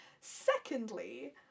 secondly